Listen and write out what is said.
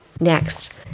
Next